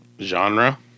genre